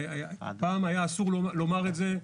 פעם היה אסור לומר את זה,